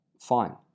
fine